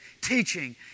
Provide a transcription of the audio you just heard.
teaching